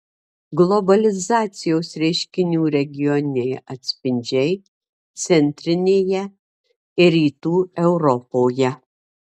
globalizacijos reiškinių regioniniai atspindžiai centrinėje ir rytų europoje